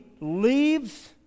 leaves